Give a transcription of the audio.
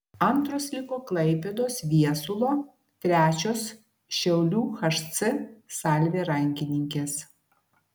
antros liko klaipėdos viesulo trečios šiaulių hc salvė rankininkės